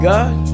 God